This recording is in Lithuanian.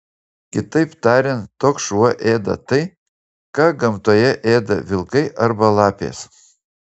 kitaip tariant toks šuo ėda tai ką gamtoje ėda vilkai arba lapės